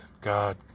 God